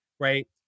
right